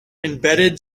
embedded